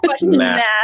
Math